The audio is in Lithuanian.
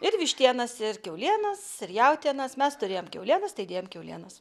ir vištienos ir kiaulienos ir jautienos mes turėjom kiaulienos tai dėjom kiaulienos